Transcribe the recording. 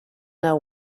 know